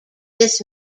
this